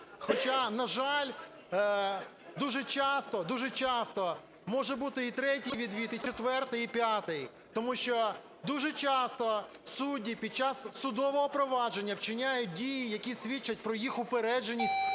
хоча, на жаль, дуже часто, дуже часто може бути і третій відвід, і четвертий, і п'ятий. Тому що дуже часто судді під час судового провадження вчиняють дії, які свідчать про їх упередженість